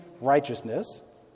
righteousness